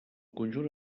conjunt